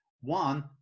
One